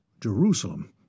Jerusalem